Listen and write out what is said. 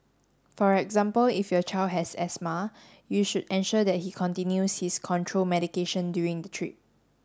for example if your child has asthma you should ensure that he continues his control medication during the trip